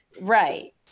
right